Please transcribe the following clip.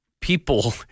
people